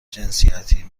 جنسیتی